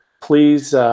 please